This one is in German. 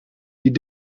die